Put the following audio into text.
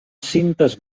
cintes